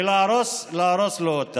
ולהרוס לו.